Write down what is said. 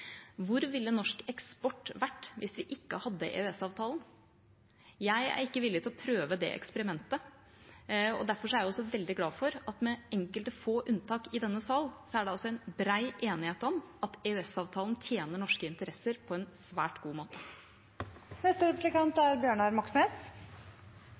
Hvor ville norsk eksport vært hvis vi ikke hadde EØS-avtalen? Jeg er ikke villig til å prøve det eksperimentet. Derfor er jeg også veldig glad for at det med enkelte få unntak i denne sal er breid enighet om at EØS-avtalen tjener norske interesser på en svært god